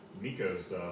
Miko's